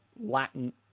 Latin –